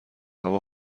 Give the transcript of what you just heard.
هوا